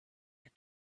had